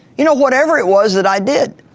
you know, whatever it was that i did,